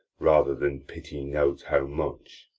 rather than pity note how much